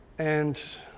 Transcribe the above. and